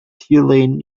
tulane